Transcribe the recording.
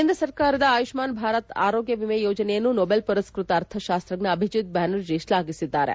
ಕೇಂದ್ರ ಸರ್ಕಾರದ ಆಯುಷ್ನಾನ್ ಭಾರತ್ ಆರೋಗ್ಯ ವಿಮೆ ಯೋಜನೆಯನ್ನು ನೊಬೆಲ್ ಮರಸ್ನತ ಅರ್ಥಶಾಸ್ತಜ್ಞ ಅಭಿಜಿತ್ ಬ್ವಾನರ್ಜಿ ಶ್ಲಾಘಿಸಿದ್ದಾರೆ